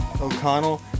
O'Connell